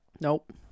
Nope